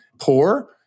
poor